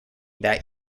that